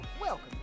Welcome